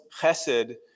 chesed